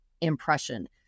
impression